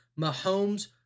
Mahomes